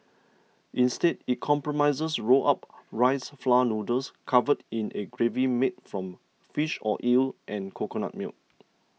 instead it comprises rolled up rice flour noodles covered in a gravy made from fish or eel and coconut milk